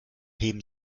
heben